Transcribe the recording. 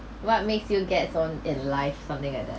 what makes you gets on his life something like that